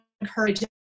encourage